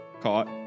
caught